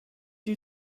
you